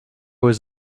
was